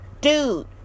dude